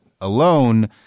alone